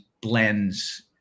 blends